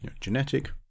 genetic